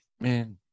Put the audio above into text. man